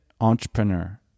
entrepreneur